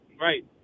Right